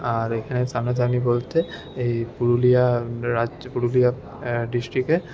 আর এখানে সামনাসামনি বলতে এই পুরুলিয়া রাজ্য এই পুরুলিয়া ডিসট্রিকে